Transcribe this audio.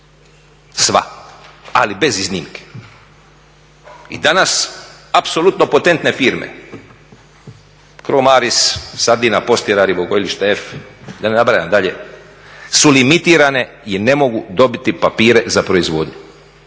sva ali bez iznimke. I danas apsolutno potentne firme Cromaris, Sardina Postira, Ribogojilište … da ne nabrajam dalje su limitirane i ne mogu dobiti papire za proizvodnju.